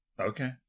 Okay